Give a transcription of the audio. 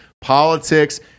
Politics